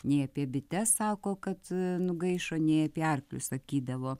nei apie bites sako kad nugaišo nei apie arklius sakydavo